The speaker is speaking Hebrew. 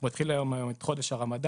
אנחנו מתחילים היום את חודש הרמדאן.